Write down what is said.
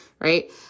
Right